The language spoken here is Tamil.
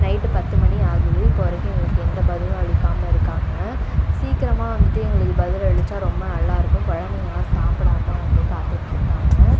நைட்டு பத்து மணி ஆகுது இப்போது வரைக்கும் எங்களுக்கு எந்த பதிலும் அளிக்காமல் இருக்காங்க சீக்கிரமாக வந்துவிட்டு எங்களுக்கு பதிலளித்தா ரொம்ப நல்லாயிருக்கும் குழந்தைங்கள்லாம் சாப்பிடாம வந்து காத்துட்டுருக்காங்க